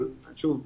אבל שוב,